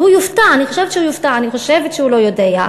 והוא יופתע, אני חושבת שהוא יופתע.